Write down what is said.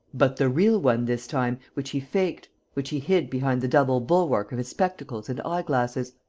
but the real one, this time, which he faked, which he hid behind the double bulwark of his spectacles and eye-glasses,